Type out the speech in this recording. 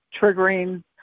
triggering